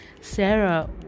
Sarah